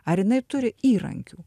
ar jinai turi įrankių